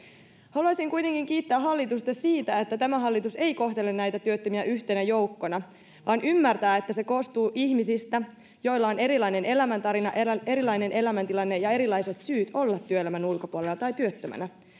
haluaisin kuitenkin kiittää hallitusta siitä että tämä hallitus ei kohtele näitä työttömiä yhtenä joukkona vaan ymmärtää että se koostuu ihmisistä joilla on erilainen elämäntarina erilainen elämäntilanne ja erilaiset syyt olla työelämän ulkopuolella tai työttömänä